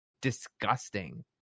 disgusting